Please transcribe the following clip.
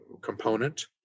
component